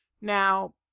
Now